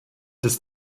des